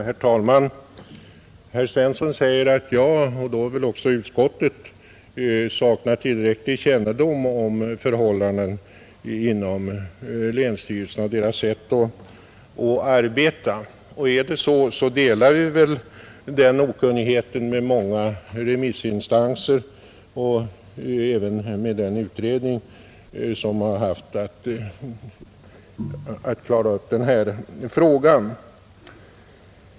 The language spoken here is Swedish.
Herr talman! Herr Svensson i Malmö säger att jag — och då väl också utskottet — saknar tillräcklig kännedom om förhållandena inom länsstyrelserna och deras sätt att arbeta. Är det så, delar vi väl den okunnigheten med många remissinstanser och även med den utredning som har haft att behandla den här frågan.